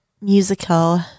musical